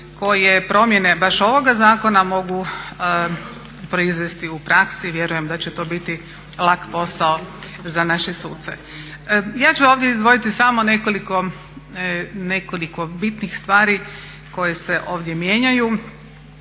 koje promjene baš ovoga zakona mogu proizvesti u praksi. Vjerujem da će to biti lak posao za naše suce. Ja ću ovdje izdvojiti samo nekoliko bitnih stvari koje se ovdje mijenjaju.